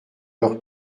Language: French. leur